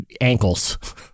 ankles